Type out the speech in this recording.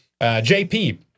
JP